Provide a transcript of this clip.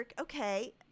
okay